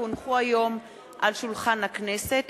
כי הונחו היום על שולחן הכנסת,